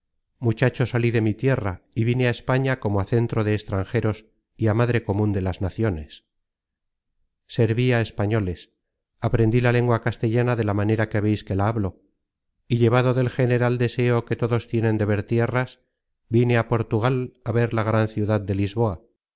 muchacho salí de mi tierra y vine á españa como á centro de extranjeros y á madre comun de las naciones serví á españoles aprendí la lengua castellana de la manera que veis que la hablo y llevado del general deseo que todos tienen de ver tierras vine á portugal á ver la gran ciudad de lisboa